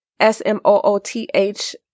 S-M-O-O-T-H